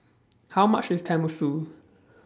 How much IS Tenmusu